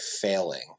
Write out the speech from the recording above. failing